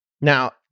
Now